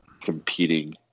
competing